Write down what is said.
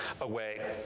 away